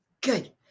Good